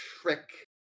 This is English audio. trick